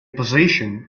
position